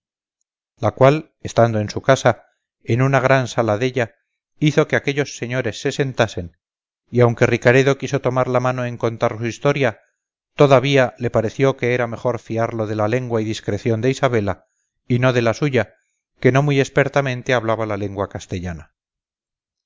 la cual estando en su casa en una gran sala della hizo que aquellos señores se sentasen y aunque ricaredo quiso tomar la mano en contar su historia toda vía le pareció que era mejor fiarlo de la lengua y discreción de isabela y no de la suya que no muy expertamente hablaba la lengua castellana